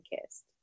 Kissed